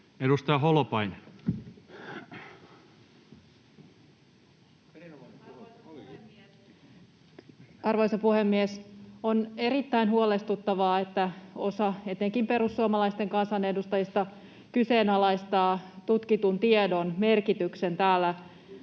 16:30 Content: Arvoisa puhemies! On erittäin huolestuttavaa, että osa etenkin perussuomalaisten kansanedustajista kyseenalaistaa tutkitun tiedon merkityksen täällä.